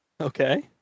Okay